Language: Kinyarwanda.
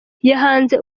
yahanze